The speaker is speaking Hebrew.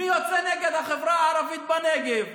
מי יוצא נגד החברה הערבית בנגב,